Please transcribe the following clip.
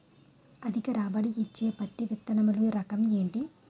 అధిక రాబడి ఇచ్చే పత్తి విత్తనములు రకం ఏంటి?